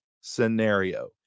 scenario